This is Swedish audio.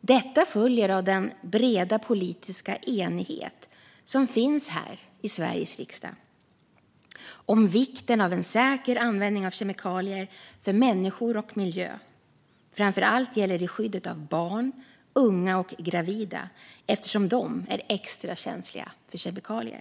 Detta följer av den breda politiska enighet som finns här i Sveriges riksdag om vikten av en säker användning av kemikalier för människor och miljö. Framför allt gäller det skyddet av barn, unga och gravida eftersom de är extra känsliga för kemikalier.